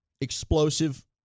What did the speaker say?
explosive